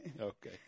Okay